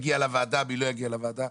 מי יגיע לוועדה ומי לא יגיע לוועדה.